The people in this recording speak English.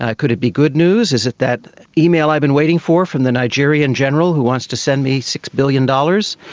could it be good news? is it that email i've been waiting for from the nigerian general who wants to send me six billion dollars?